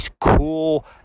cool